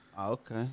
Okay